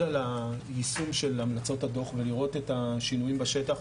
על היישום של המלצות הדוח ולראות את השינויים בשטח.